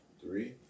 Three